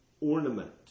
ornament